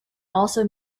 also